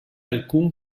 alcun